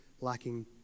lacking